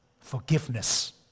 forgiveness